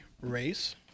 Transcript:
race